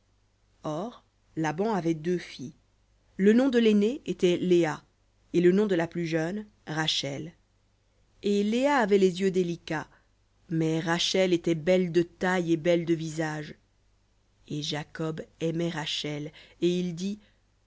or laban avait deux filles le nom de l'aînée était léa et le nom de la plus jeune rachel et léa avait les yeux délicats mais rachel était belle de taille et belle de visage et jacob aimait rachel et il dit